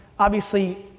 obviously,